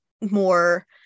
more